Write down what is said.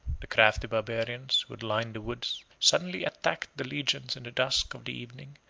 the crafty barbarians, who had lined the woods, suddenly attacked the legions in the dusk of the evening,